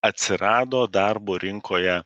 atsirado darbo rinkoje